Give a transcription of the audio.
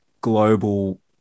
global